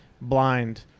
blind